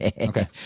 Okay